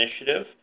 initiative